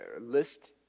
list